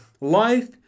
Life